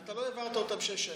ואתה לא העברת אותם בשש השנים.